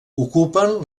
ocupen